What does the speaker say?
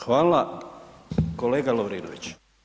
Hvala kolega Lovrinović.